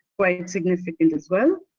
quite significant as well.